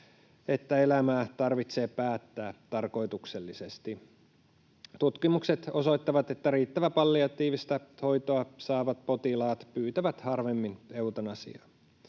että elämää tarvitsee päättää tarkoituksellisesti. Tutkimukset osoittavat, että riittävää palliatiivista hoitoa saavat potilaat pyytävät harvemmin eutanasiaa.